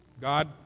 God